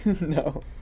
No